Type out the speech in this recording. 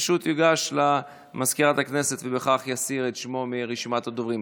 פשוט ייגש למזכירת הכנסת ובכך יסיר את שמו מרשימת הדוברים.